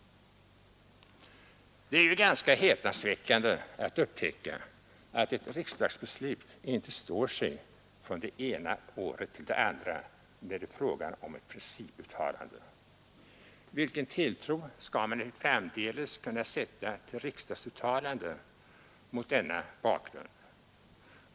———.” Det är ju ganska häpnadsväckande att upptäcka att ett riksdagsbeslut inte står sig från det ena året till det andra, när det är fråga om ett principuttalande. Vilken tilltro skall man mot denna bakgrund framdeles kunna sätta till riksdagsuttalanden?